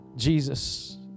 Jesus